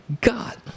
God